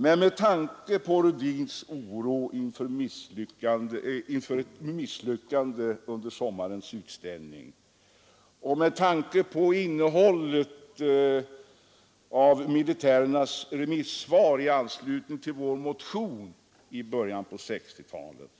Men med tanke på Rödins oro inför ett misslyckande med sommarens utställning och med tanke på innehållet i militärernas remissvar i anslutning till vår motion i början av 1960-talet,